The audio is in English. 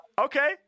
okay